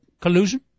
collusion